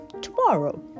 tomorrow